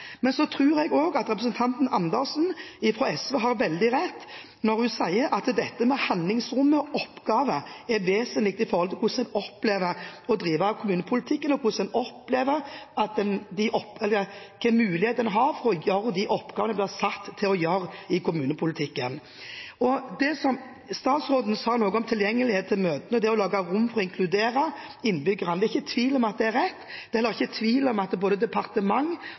Men så tror jeg også at representanten Andersen fra SV har veldig rett når hun sier at dette med handlingsrommet og oppgaver er vesentlig for hvordan en opplever å drive kommunepolitikken, og hvordan en opplever hvilke muligheter en har til å gjøre de oppgavene en blir satt til å gjøre i kommunepolitikken. Statsråden sa noe om tilgjengelighet til møtene, det å lage rom for å inkludere innbyggerne. Det er ingen tvil om at det er rett, det er heller ingen tvil om at både departement